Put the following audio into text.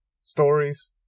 stories